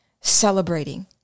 celebrating